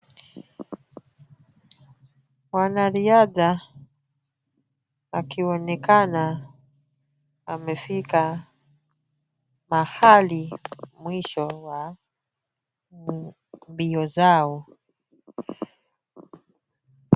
Mwanariadha akionenkana amefika mahali mwisho wa mbio zao.